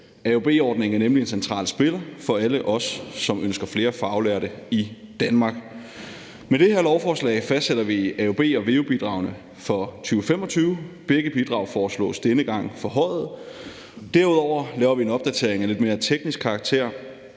AUB-ordningen er nemlig en central spiller for alle os, som ønsker flere faglærte i Danmark. Med det her lovforslag fastsætter vi AUB og veu-bidragene for 2025, og begge bidrag foreslås denne gang forhøjet. Derudover laver vi en opdatering af lidt mere teknisk karakter.